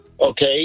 Okay